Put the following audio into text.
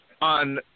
on